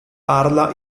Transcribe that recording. parla